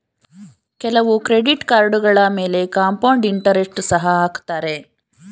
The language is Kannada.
ಕೆಲವು ಕ್ರೆಡಿಟ್ ಕಾರ್ಡುಗಳ ಮೇಲೆ ಕಾಂಪೌಂಡ್ ಇಂಟರೆಸ್ಟ್ ಸಹ ಹಾಕತ್ತರೆ